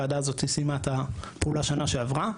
ועד אז --- סיימה את הפעולה שנה שעברה.